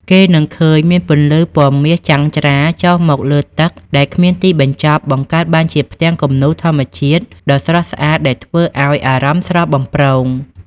គេនឹងឃើញមានពន្លឺពណ៌មាសចាំងច្រាលចុះមកលើទឹកដែលគ្មានទីបញ្ចប់បង្កើតបានជាផ្ទាំងគំនូរធម្មជាតិដ៏ស្រស់ស្អាតដែលធ្វើឱ្យអារម្មណ៍ស្រស់បំព្រង។